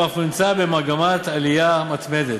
ואף נמצא במגמת עלייה מתמדת.